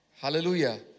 Hallelujah